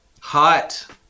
Hot